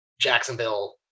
Jacksonville